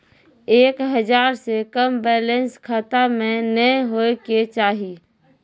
एक हजार से कम बैलेंस खाता मे नैय होय के चाही